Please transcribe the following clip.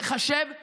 ייחשבו לעבירה,